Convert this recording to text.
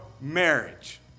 marriage